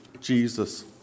Jesus